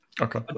Okay